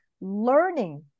learning